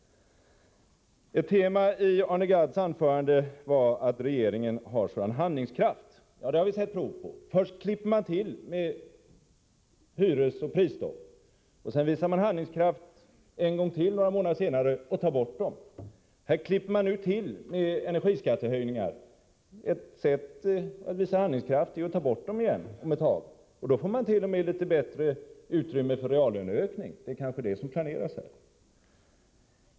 Ett tema i Arne Gadds anförande var att regeringen har en sådan handlingskraft. Ja, den har vi sett prov på! Först klipper man till med hyresoch prisstopp. Några månader senare visar man handlingskraft ännu en gång och tar bort dem. Nu klipper man till med energiskattehöjningar. Ett sätt att visa handlingskraft är att ta bort dem igen om ett tag. Då skulle mant.o.m. få ett större utrymme för reallöneökningar. Det är kanske detta som planeras.